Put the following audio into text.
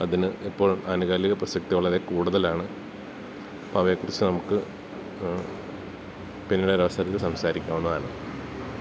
അതിന് ഇപ്പോൾ ആനുകാലിക പ്രസക്തി വളരെ കൂടുതലാണ് അപ്പം അവയെക്കുറിച്ച് നമുക്ക് പിന്നീട് ഒരു അവസരത്തിൽ സംസാരിക്കാവുന്നതാണ്